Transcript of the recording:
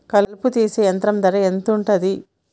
కలుపు తీసే యంత్రం ధర ఎంతుటది?